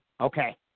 Okay